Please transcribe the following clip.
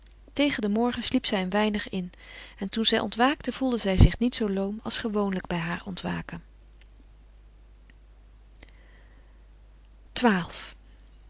tegen den morgen sliep zij een weinig in en toen zij ontwaakte voelde zij zich niet zoo loom als gewoonlijk bij haar ontwaken